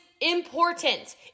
important